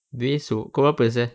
besok pukul berapa sia